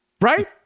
Right